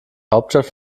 hauptstadt